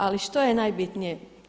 Ali što je najbitnije?